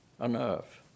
enough